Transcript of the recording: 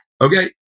Okay